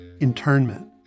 internment